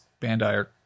Bandai